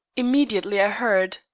immediately i heard,